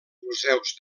museus